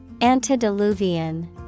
Antediluvian